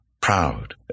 proud